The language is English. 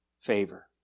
favor